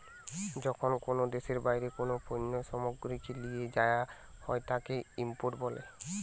যখন কোনো দেশের বাইরে কোনো পণ্য সামগ্রীকে লিয়ে যায়া হয় তাকে ইম্পোর্ট বলে